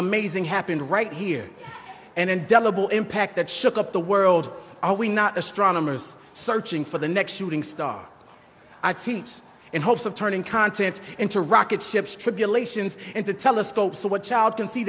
amazing happened right here and indelible impact that shook up the world are we not astronomers searching for the next shooting star i teach in hopes of turning contents into rocket ships tribulations into telescopes so what child can see